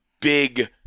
big